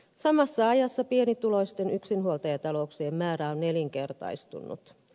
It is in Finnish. samassa ajassa pienituloisten yksinhuoltajatalouksien määrä on nelinkertaistunut